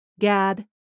Gad